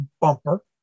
bumper